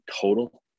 total